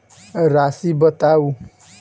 राशि बताउ